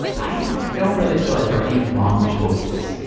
i don't really feel like there are any wrong choices.